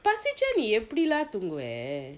பசிச்சா நீ எப்படி:pasicha nee eppadi lah தூங்குவ:thoonguva